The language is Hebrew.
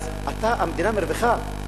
המדינה מרוויחה,